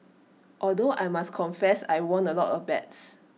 although I must confess I won A lot of bets